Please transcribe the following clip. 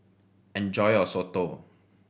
enjoy your soto